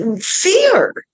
fear